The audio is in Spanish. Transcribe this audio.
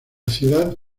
ciudad